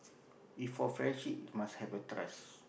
if for friendship must have the trust